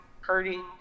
hurting